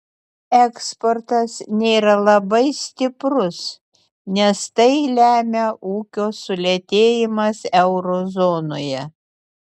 eksportas nėra labai stiprus nes tai lemia ūkio sulėtėjimas euro zonoje